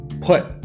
put